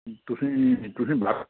ਤੁਸੀਂ ਜੀ ਤੁਸੀਂ ਬਸ